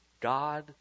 God